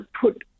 put